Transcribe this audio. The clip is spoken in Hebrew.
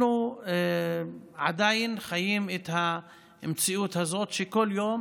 אנחנו עדיין חיים את המציאות הזאת, ובכל יום